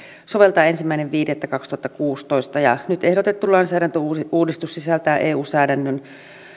soveltaa ensimmäinen viidettä kaksituhattakuusitoista ja nyt ehdotettu lainsäädäntöuudistus sisältää eu säädännön